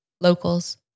locals